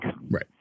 Right